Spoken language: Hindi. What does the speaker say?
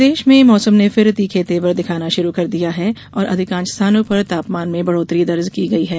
मौसम प्रदेश में मौसम ने फिर तीखे तेवर दिखाना शुरू कर दिया हैं और अधिकांष स्थानों पर तापमान में बढ़ोत्तरी दर्ज की गई है